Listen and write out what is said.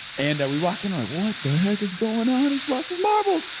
and we walk in we're like what the heck is going on, he's lost his marbles,